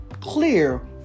clear